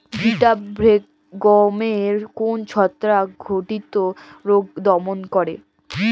Vitavax গমের কোন ছত্রাক ঘটিত রোগ দমন করে?